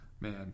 Man